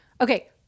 Okay